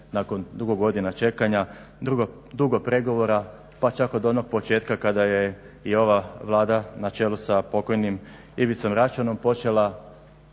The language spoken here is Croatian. nakon dugo godina čekanja, dugo pregovora, pa čak od onog početka kada je i ova Vlada na čelu sa pokojnim Ivicom Račanom počela